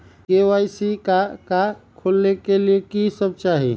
KYC का का खोलने के लिए कि सब चाहिए?